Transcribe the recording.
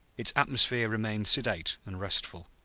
its atmosphere remained sedate and restful.